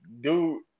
dude